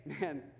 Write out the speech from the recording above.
man